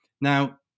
Now